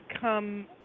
come